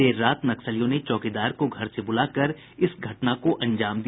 देर रात नक्सलियों ने चौकीदार को घर से बुलाकर इस घटना को अंजाम दिया